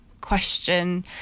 question